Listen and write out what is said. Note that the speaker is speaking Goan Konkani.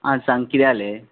आ सांग कितें आलें